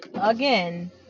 again